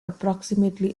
approximately